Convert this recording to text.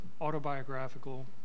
autobiographical